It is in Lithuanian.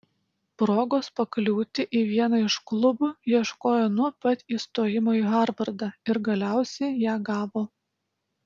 progos pakliūti į vieną iš klubų ieškojo nuo pat įstojimo į harvardą ir galiausiai ją gavo